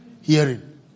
Hearing